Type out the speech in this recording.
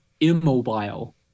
immobile